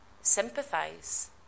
sympathise